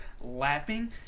laughing